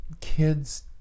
Kids